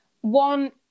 one